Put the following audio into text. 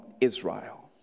Israel